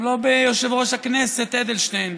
גם לא ביושב-ראש הכנסת אדלשטיין,